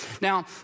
Now